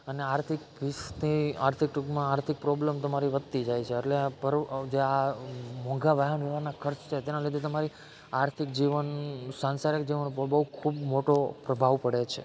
અને આર્થિક ભીંસની આર્થિક ટૂંકમાં આર્થિક પ્રોબ્લમ તમારી વધતી જાય છે એટલે જે આ મોંઘા વાહન વ્યવહારના ખર્ચ છે તેના લીધે તમારી આર્થિક જીવન સાંસારિક જીવન ભોગવવું ખૂબ મોટો પ્રભાવ પડે છે